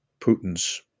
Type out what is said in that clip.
Putin's